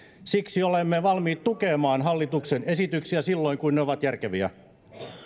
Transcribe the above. siksi olemme valmiita tukemaan hallituksen esityksiä silloin kun ne ovat järkeviä